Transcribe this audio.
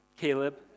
Caleb